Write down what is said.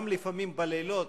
גם לפעמים בלילות,